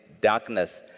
darkness